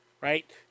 right